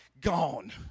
Gone